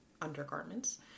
undergarments